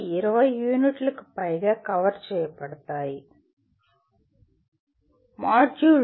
ఇవి 20 యూనిట్లకు పైగా కవర్ చేయబడతాయి లేదా పరిష్కరించబడతాయి